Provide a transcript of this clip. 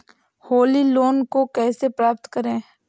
Holi loan को कैसे प्राप्त करें?